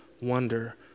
wonder